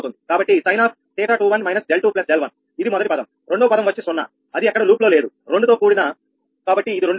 కాబట్టి sin𝜃21 − 𝛿2 𝛿1 ఇది మొదటి పదం రెండవ పదం వచ్చి 0 అది అక్కడ లూప్ లో లేదురెండు తో కూడినకాబట్టి ఇది 2